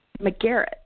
McGarrett